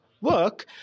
work